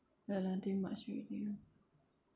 no nothing much already